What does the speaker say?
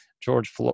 George